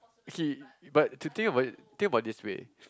he but to think about it think about this way